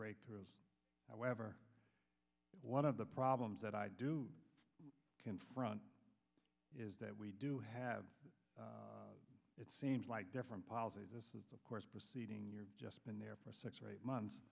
breakthroughs however one of the problems that i do confront is that we do have it seems like different policy this is of course proceeding you're just been there for six or eight months